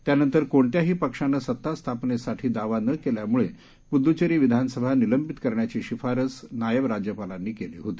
त्यानंतर कोणत्याही पक्षानं सत्ता स्थापनेसाठी दावा न केल्यामुळे पुद्दुचेरी विधानसभा निलंबित करण्याची शिफारस नायब राज्यपालांनी केली होती